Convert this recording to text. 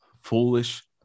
foolish